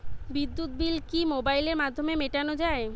বিদ্যুৎ বিল কি মোবাইলের মাধ্যমে মেটানো য়ায়?